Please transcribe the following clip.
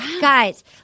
Guys